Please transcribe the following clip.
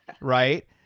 right